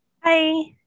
Hi